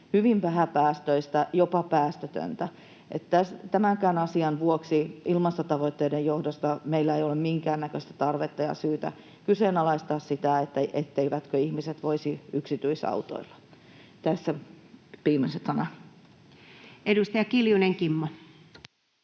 hyvin vähäpäästöistä, jopa päästötöntä, eli tämänkään asian vuoksi meillä ei ole ilmastotavoitteiden johdosta minkään näköistä tarvetta ja syytä kyseenalaistaa sitä, etteivätkö ihmiset voisi yksityisautoilla. Tässä viimeiset sanani.